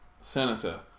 Senator